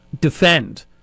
defend